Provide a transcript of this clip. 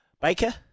Baker